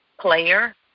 player